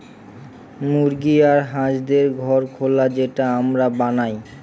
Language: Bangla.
মুরগি আর হাঁসদের ঘর খোলা যেটা আমরা বানায়